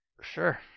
Sure